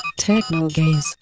Technogaze